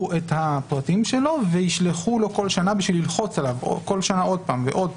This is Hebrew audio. את פרטיו וישלחו לו כל שנה כדי ללחוץ עליו שוב ושוב,